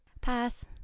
Pass